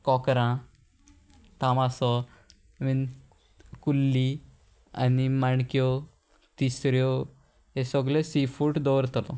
कोकरां तामासो बीन कुल्ली आनी माणक्यो तिसऱ्यो हे सगले सी फूड दवरतलो